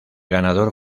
ganador